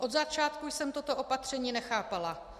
Od začátku jsem toto opatření nechápala.